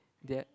their